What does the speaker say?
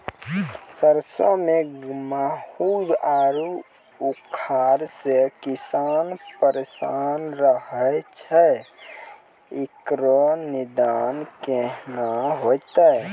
सरसों मे माहू आरु उखरा से किसान परेशान रहैय छैय, इकरो निदान केना होते?